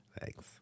Thanks